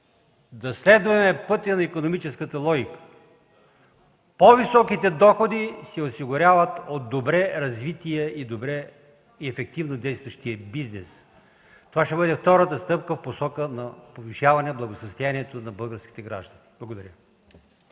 да следваме пътя на икономическата логика. По-високите доходи се осигуряват от добре развития и ефективно действащ бизнес. Това ще бъде втората стъпка по посока на повишаване на благосъстоянието на българските граждани. Благодаря